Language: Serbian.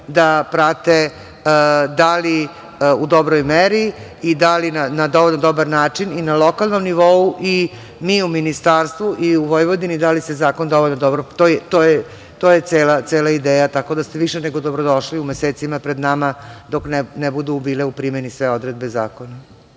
da prate da li u dobroj meri i da li na dovoljno dobar način i na lokalnom nivou i mi u ministarstvu i u Vojvodini, da li se zakon dovoljno dobro… To je cela ideja, tako da ste više nego dobrodošli u mesecima pred nama dok ne budu bile u primeni sve odredbe zakona.